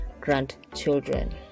grandchildren